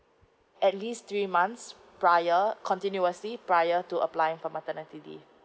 at least three months prior continuously prior to applying for maternity leave